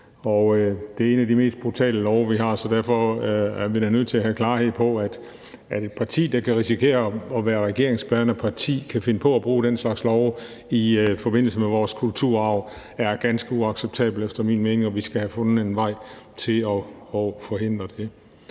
det er en af de mest brutale slags love, vi har, så derfor er vi da nødt til at have klarhed, i forhold til at et parti, som vi kan risikere bliver et regeringsbærende parti, kan finde på at bruge den slags love i forbindelse med vores kulturarv. Det er ganske uacceptabelt efter min mening, og vi skal have fundet en vej til at forhindre det.